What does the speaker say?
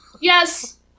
Yes